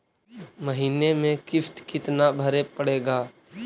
महीने में किस्त कितना भरें पड़ेगा?